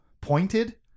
pointed